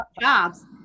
Jobs